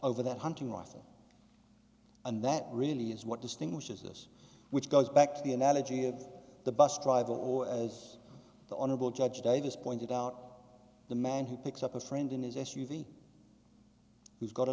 over that hunting rifle and that really is what distinguishes us which goes back to the analogy of the bus driver or as the honorable judge davis pointed out the man who picks up a friend in his s u v who's got a